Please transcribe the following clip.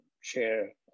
share